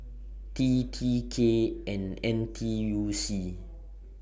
T T K and N T U C